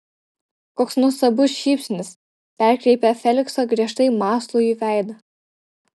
koks nuostabus šypsnys perkreipia felikso griežtai mąslųjį veidą